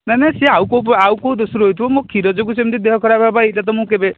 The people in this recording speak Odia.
ନାଇଁ ନାଇଁ ସେ ଆଉ କେଉଁ ଆଉ କେଉଁ ଦୋଷରୁ ହେଉଥିବ ମୋ କ୍ଷୀର ଯୋଗୁଁ ଦେହ ଖରାପ ହେବା ଏଇଟା ତ ମୁଁ କେବେ